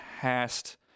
past